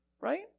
right